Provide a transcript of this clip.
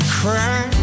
cry